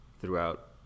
throughout